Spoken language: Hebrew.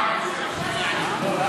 הוא מאפשר לך לפתוח דיון.